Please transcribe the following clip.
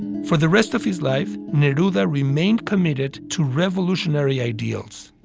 for the rest of his life, neruda remained committed to revolutionary ideals.